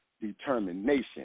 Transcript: determination